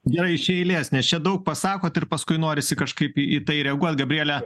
gerai iš eilės nes čia daug pasakot ir paskui norisi kažkaip į į tai reaguot gabriele